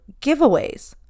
giveaways